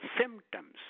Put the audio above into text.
symptoms